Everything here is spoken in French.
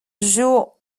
jouent